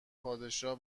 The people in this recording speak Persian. پادشاه